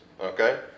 Okay